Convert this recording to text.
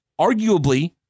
arguably